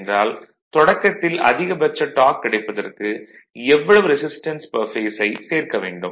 என்றால் தொடக்கத்தில் அதிகபட்ச டார்க் கிடைப்பதற்கு எவ்வளவு ரெசிஸ்டன்ஸ் பெர் பேஸை சேர்க்க வேண்டும்